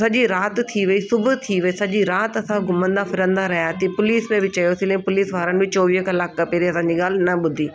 सॼी राति थी वई सुबुह थी वियो सॼी राति असां घुमंदा फिरंदा रहियासीं पुलीस में बि चयोसीं लेकिन पुलीस वारनि बि चोवीह कलाक खां अॻु असांजी ॻाल्हि न ॿुधी